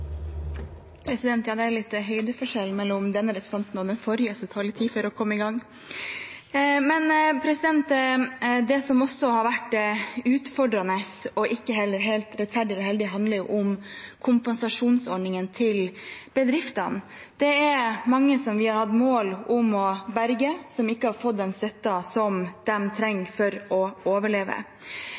Det som også har vært utfordrende og heller ikke helt rettferdig, handler om kompensasjonsordningen til bedriftene. Det er mange vi har hatt mål om å berge, som ikke har fått den støtten de trenger for å overleve.